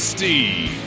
Steve